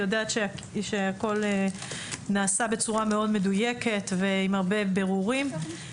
אני יודעת שהכול נעשה בצורה מאוד מדויקת ועם הרבה בירורים.